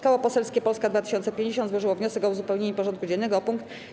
Koło Parlamentarne Polska 2050 złożyło wniosek o uzupełnienie porządku dziennego o punkt: